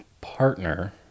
partner